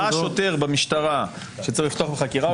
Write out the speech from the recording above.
ראה שוטר במשטרה שצריך לפתוח בחקירה,